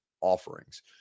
offerings